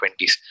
20s